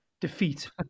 defeat